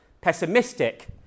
pessimistic